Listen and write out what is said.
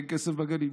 אין כסף לגנים.